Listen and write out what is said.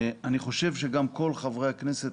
אני חושב שגם כל חברי הכנסת,